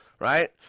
Right